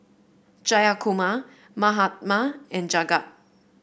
Jayakumar Mahatma and Jagat